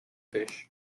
fish